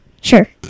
Sure